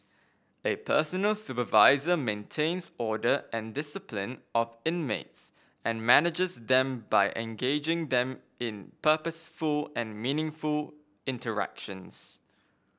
a personal supervisor maintains order and discipline of inmates and manages them by engaging them in purposeful and meaningful interactions